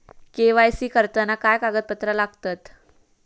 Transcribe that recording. KYC करताना काय कागदपत्रा लागतत?